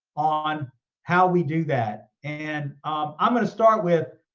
on how we do that. and i'm gonna start with,